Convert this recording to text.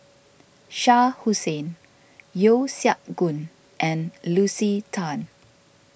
Shah Hussain Yeo Siak Goon and Lucy Tan